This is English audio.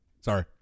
sorry